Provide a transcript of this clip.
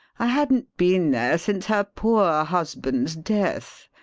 i hadn't been there since her poor husband's death.